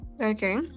Okay